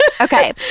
Okay